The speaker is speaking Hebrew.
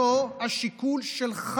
זה השיקול שלך.